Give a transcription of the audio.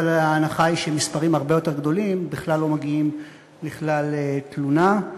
אבל ההנחה היא שמספרים הרבה יותר גדולים בכלל לא מגיעים לכלל תלונה.